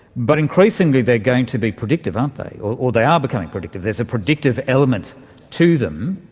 but increasingly they're going to be predictive, aren't they? or they are becoming predictive, there's a predictive element to them.